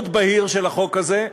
מאוד בהיר, של החוק הזה.